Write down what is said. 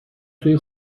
توی